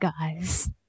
guys